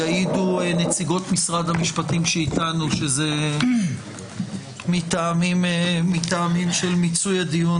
יעידו נציגות משרד המשפטים שאיתנו שזה מטעמים של מיצוי הדיון